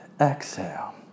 exhale